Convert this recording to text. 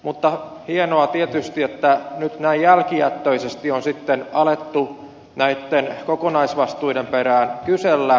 mutta hienoa tietysti että nyt näin jälkijättöisesti on sitten alettu näitten kokonaisvastuiden perään kysellä